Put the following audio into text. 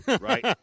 right